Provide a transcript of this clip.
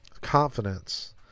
confidence